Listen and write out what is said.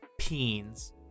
peens